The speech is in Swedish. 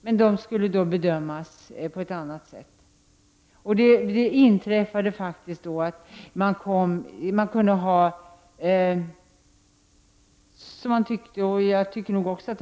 Men vid bedömningen av deras ärenden gällde datumet den 1 januari 1988.